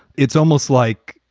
it's almost like,